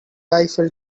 eiffel